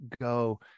go